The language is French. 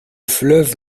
fleuve